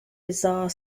bizarre